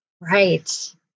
Right